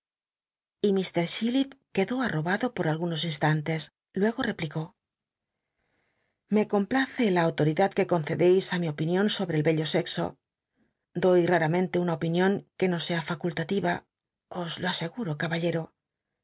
y lfr cbillip quedó atr obaclo por algunos ins tantes luego replicó m e complace la autoridad que concec cis i mi opinion sobre el bello sexo doy raramen tc una opinion que no sea facul tativa os lo aseguro caballero